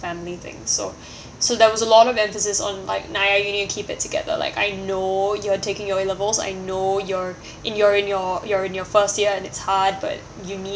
family thing so so there was a lot of emphasis on nia you need to keep it together like I know you are taking your A levels I know you're in you're in your you're in your first year and it's hard but you need